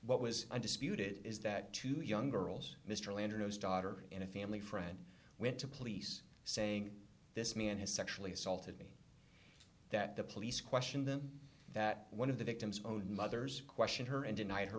what was undisputed is that two young girls mr lantos daughter in a family friend went to police saying this man has sexually assaulted me that the police question then that one of the victim's own mothers questioned her and denied her